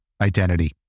identity